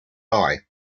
eye